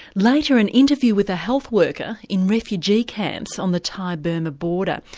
later an interview with a health worker in refugee camps on the thai-burma border.